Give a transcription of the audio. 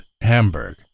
Hamburg